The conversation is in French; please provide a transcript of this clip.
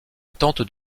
tente